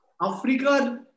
Africa